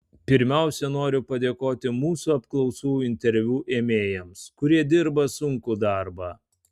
pirmiausia noriu padėkoti mūsų apklausų interviu ėmėjams kurie dirba sunkų darbą